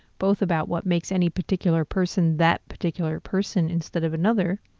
both about what makes any particular person that particular person instead of another,